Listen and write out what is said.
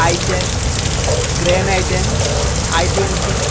I ten grand I ten I twenty